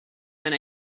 been